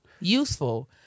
useful